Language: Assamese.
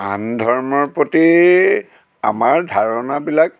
আন ধৰ্মৰ প্ৰতি আমাৰ ধাৰণাবিলাক